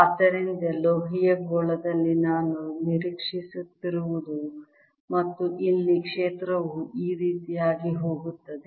ಆದ್ದರಿಂದ ಲೋಹೀಯ ಗೋಳದಲ್ಲಿ ನಾನು ನಿರೀಕ್ಷಿಸುತ್ತಿರುವುದು ಮತ್ತು ಇಲ್ಲಿ ಕ್ಷೇತ್ರವು ಈ ರೀತಿಯಾಗಿ ಹೋಗುತ್ತದೆ